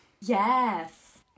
Yes